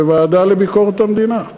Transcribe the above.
בוועדה לביקורת המדינה.